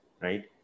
right